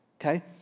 okay